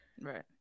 Right